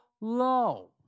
low